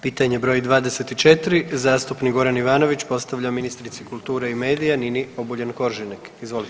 Pitanje br. 24. zastupnik Goran Ivanović postavlja ministrici kulture i medija Nini Obuljen Koržinek, izvolite.